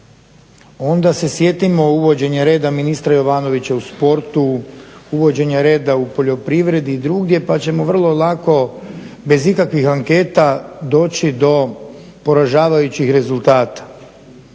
onda se sjetimo uvođenje reda ministra Jovanovića u sportu, uvođenje reda u poljoprivredi i drugdje pa ćemo vrlo lako bez ikakvih anketa doći do poražavajućih rezultata.